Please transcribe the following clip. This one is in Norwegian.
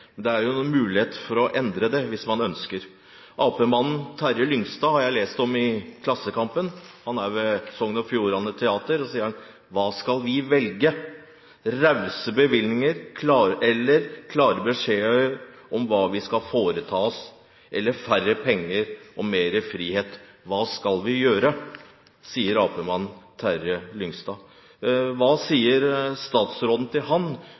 Men det er jo mulig å endre det, hvis man ønsker. Jeg har lest om arbeiderpartimannen Terje Lyngstad, ved Sogn og Fjordane Teater, i Klassekampen, og han sier: «Hva skal vi velge? Rause bevilgninger og klare beskjeder om hva vi skal foreta oss, eller færre penger og mer frihet Hva skal vi gjøre? sier arbeiderpartimannen Terje Lyngstad. Hva sier statsråden til ham, når han